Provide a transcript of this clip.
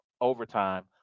overtime